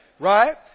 Right